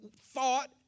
thought